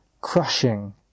crushing